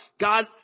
God